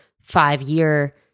five-year